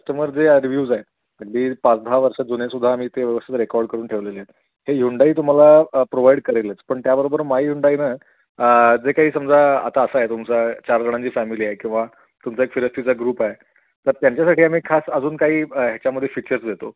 customer जे reviews आहेत अगदी पाच दहा वर्ष जुनेसुद्धा आम्ही ते व्यवस्थित रेकॉर्ड करून ठेवलेले आहेत हे हुंडाई तुम्हाला प्रोवाइड करलेच पण त्याबरोबर माय ह्युंडाई जे काही समजा आता असा आहे तुमचा चार जणांची फॅमिली आहे किंवा तुमचा एक फिरस्तीचा ग्रुप आहे तर त्यांच्यासाठी आम्ही खास अजून काही ह्याच्यामध्ये फिचर्स देतो